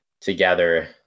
together